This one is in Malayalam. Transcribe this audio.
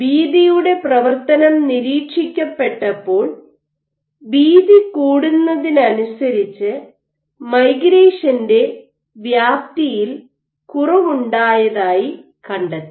വീതിയുടെ പ്രവർത്തനം നിരീക്ഷിക്കപ്പെട്ടപ്പോൾ വീതി കൂടുന്നതിനനുസരിച്ച് മൈഗ്രേഷന്റെ വ്യാപ്തിയിൽ കുറവുണ്ടായതായി കണ്ടെത്തി